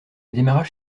démarrage